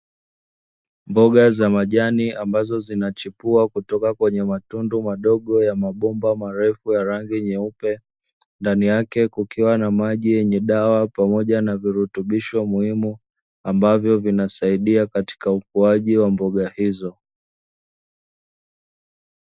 Mboga za majani ambazo zinachipua kutoka kwenye matundu madogo ya marefu ya rangi nyeupe, ndani yake kukiwa na maji yenye dawa pamoja na virutubisho muhimu, ambavyo vinasaidia katika ukuaji wa mboga hizo.